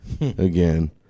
again